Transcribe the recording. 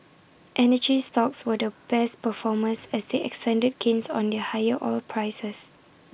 energy stocks were the best performers as they extended gains on their higher oil prices